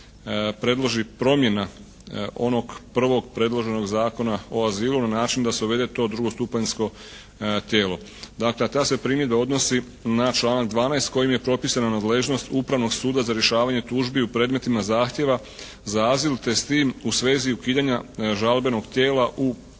predloži promjena onog prvog predloženog Zakona o azilu na način da se uvede to drugostupanjsko tijelo. Dakle a ta se primjedba odnosi na članak 12. kojim je propisana nadležnost upravnog suda za rješavanje tužbi u predmetima zahtjeva za azil, te s tim u svezi ukidanja žalbenog tijela u